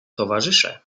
towarzysze